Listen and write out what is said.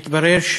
מתברר,